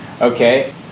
Okay